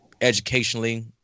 educationally